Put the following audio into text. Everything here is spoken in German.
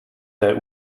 der